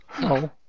No